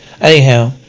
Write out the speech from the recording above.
Anyhow